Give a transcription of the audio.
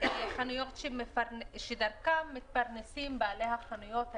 חנויות שדרכן מתפרנסים בעלי החנויות האלה.